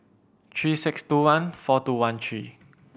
three six two one four two one three